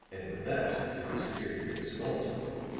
and with that they disappeared within sagon's room.